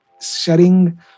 sharing